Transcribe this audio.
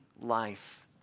life